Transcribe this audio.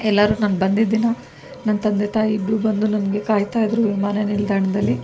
ಎಲ್ಲರೂ ನಾನು ಬಂದಿದ್ದ ದಿನ ನನ್ನ ತಂದೆ ತಾಯಿ ಇಬ್ಬರೂ ಬಂದು ನನಗೆ ಕಾಯ್ತಾಯಿದ್ರು ವಿಮಾನ ನಿಲ್ದಾಣದಲ್ಲಿ